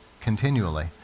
continually